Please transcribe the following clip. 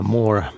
more